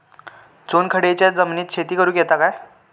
चुनखडीयेच्या जमिनीत शेती करुक येता काय?